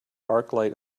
arclight